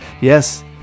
Yes